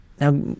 Now